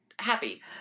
happy